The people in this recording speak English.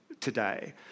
today